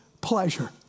pleasure